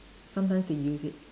sometimes they used it